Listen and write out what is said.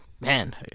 Man